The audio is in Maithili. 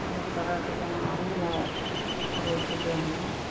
कोनो तरहके बेमारी नहि पकड़ै छै देहमे